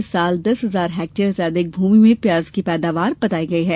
इस साल दस हजार हेक्टेयर से अधिक भूमि में प्याज की पैदावार बताई गई है